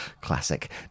Classic